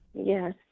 Yes